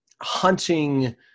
hunting